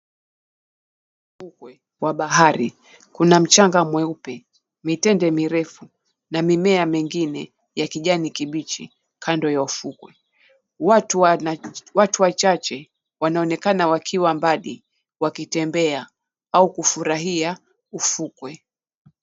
Ufukwe wa bahari kuna mchanga mweupe, mitende mirefu na mimea mingine ya kijani kibichi kando ya ufukwe. Watu wana watu machache wanaonekana wakiwa mbali wakitembea au kufurahia ufukwe.